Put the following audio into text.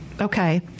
Okay